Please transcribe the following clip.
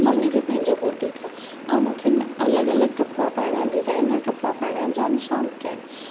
mummy खे पंहिंजो boutique आहे ऐं मूंखे अलॻि अलॻि कपड़ा पाइणु जो डीज़ाइनर कपड़ा पाइणु जो जामु शौकु़ आहिनि